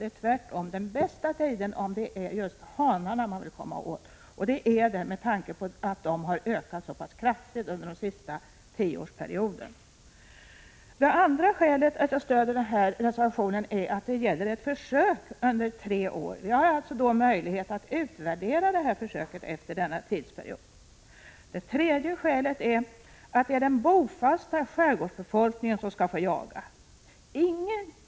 Det är tvärtom den bästa tiden, om det är just hanarna man vill komma åt — och det är det, med tanke på att de har ökat så pass kraftigt i antal den senaste tioårsperioden. Det andra skälet till att jag stödjer denna reservation är att det gäller ett försök under tre år. Det finns alltså möjlighet att utvärdera försöket efter denna period. Det tredje skälet är att det är den bofasta skärgårdsbefolkningen som skall få jaga.